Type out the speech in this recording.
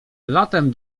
latem